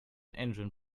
engine